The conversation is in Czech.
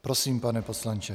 Prosím, pane poslanče.